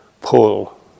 pull